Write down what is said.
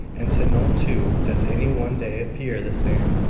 and to no two does any one day appear the same.